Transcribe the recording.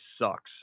sucks